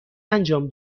انجام